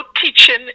teaching